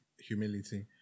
humility